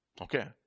okay